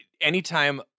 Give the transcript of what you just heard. anytime